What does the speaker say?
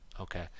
okay